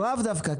לאו דווקא.